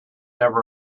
never